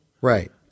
right